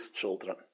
children